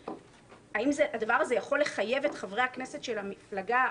האם הדבר הזה יכול לחייב את חברי הכנסת של המפלגה,